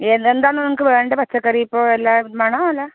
ഏത് എന്താണ് നിങ്ങൾക്ക് വേണ്ട പച്ചക്കറി ഇപ്പോൾ എല്ലാം വേണോ അല്ല